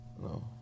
No